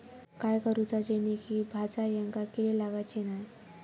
काय करूचा जेणेकी भाजायेंका किडे लागाचे नाय?